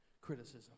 criticism